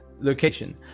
location